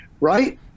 right